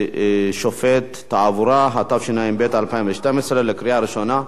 (שופט תעבורה), התשע"ב 2012, לקריאה ראשונה.